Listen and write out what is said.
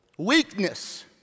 Weakness